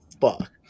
fuck